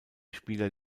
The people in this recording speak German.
spieler